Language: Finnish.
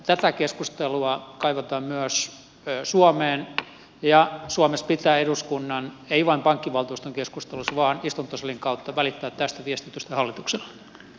tätä keskustelua kaivataan myös suomeen ja suomessa pitää eduskunnan ei vain pankkivaltuuston keskustelussa vaan istuntosalin kautta välittää tästä viestitystä hallitukselle